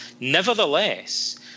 nevertheless